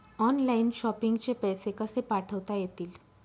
Online shopping चे पैसे कसे पाठवता येतील?